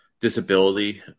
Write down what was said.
disability